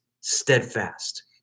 steadfast